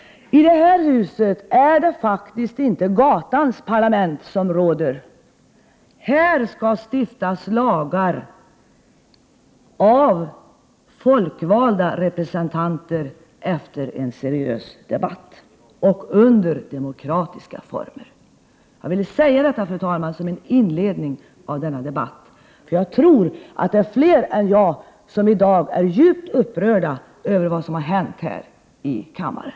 I detta hus är det faktiskt inte gatans parlament som råder. Här skall stiftas lagar av folkvalda representanter efter en seriös debatt och under demokratiska former. Detta vill jag, fru talman, säga som inledning till denna debatt. Jag tror nämligen att det är fler än jag som är upprörda över vad som har hänt här i denna kammare.